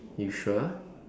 you sure